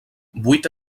vuit